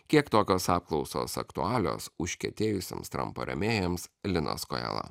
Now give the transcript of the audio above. kiek tokios apklausos aktualios užkietėjusiems trampo rėmėjams linas kojala